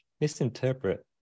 misinterpret